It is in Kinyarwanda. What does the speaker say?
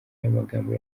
amagambo